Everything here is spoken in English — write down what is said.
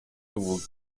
would